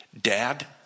Dad